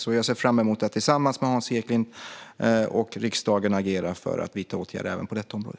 Jag ser därför fram emot att tillsammans med Hans Eklind och riksdagen agera för att vidta åtgärder även på detta område.